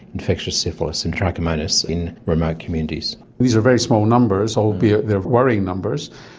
infectious syphilis and trichomonas in remote communities. these are very small numbers, albeit they are worrying numbers.